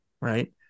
right